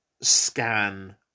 scan